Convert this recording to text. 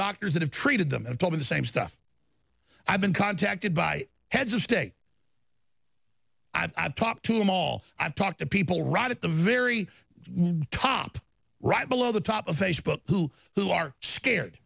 doctors that have treated them and told me the same stuff i've been contacted by heads of state i've talked to them all i've talked to people right at the very top right below the top of facebook who who are scared